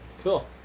cool